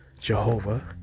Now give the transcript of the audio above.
jehovah